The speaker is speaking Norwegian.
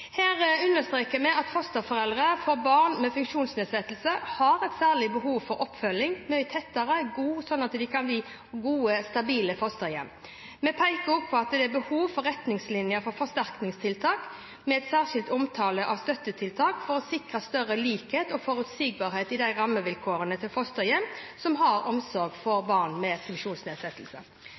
Her understreker vi at fosterforeldre for barn med funksjonsnedsettelser har et særlig behov for tett oppfølging, slik at de kan bli gode og stabile fosterhjem. Vi peker også på at det er behov for retningslinjer for forsterkningstiltak, med en særskilt omtale av støttetiltak, for å sikre større likhet og forutsigbarhet i rammevilkårene til fosterhjem som har omsorg for barn med